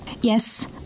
Yes